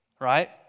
right